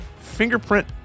fingerprint